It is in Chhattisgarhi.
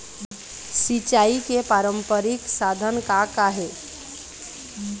सिचाई के पारंपरिक साधन का का हे?